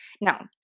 Now